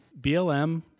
BLM